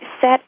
set